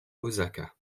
osaka